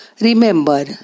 Remember